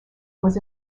was